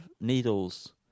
needles